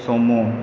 sumo